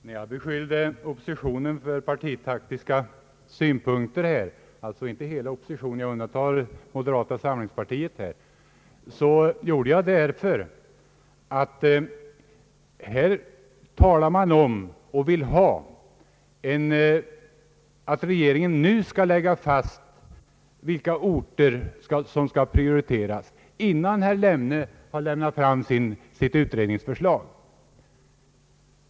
Herr talman! När jag beskyllde oppositionen för partitaktiska metoder — inte hela oppositionen, ty jag undantar moderata samlingspartiet — gjorde jag det därför att oppositionen vill att regeringen nu skall bestämma vilka orter som skall prioriteras, alltså innan herr Lemne har lämnat fram sitt utredningsförslag.